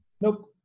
Nope